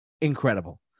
incredible